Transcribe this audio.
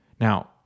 Now